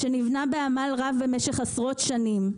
שנבנה בעמל רב במשך עשרות שנים.